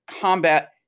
combat